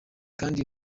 kandi